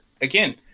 again